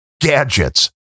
gadgets